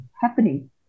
happening